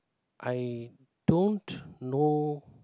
I don't know